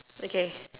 okay